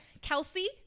Kelsey